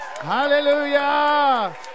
Hallelujah